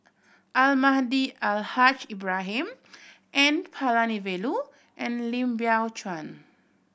Almahdi Al Haj Ibrahim N Palanivelu and Lim Biow Chuan